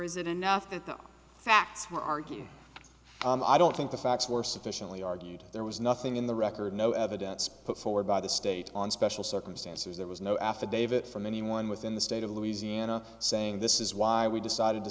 is it enough that the facts argue i don't think the facts were sufficiently argued there was nothing in the record no evidence put forward by the state on special circumstances there was no affidavit from anyone within the state of louisiana saying this is why we decided to